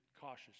cautious